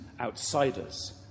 outsiders